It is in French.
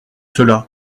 cela